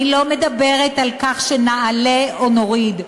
אני לא מדברת על כך שנעלה או נוריד.